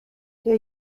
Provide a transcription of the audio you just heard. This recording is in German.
der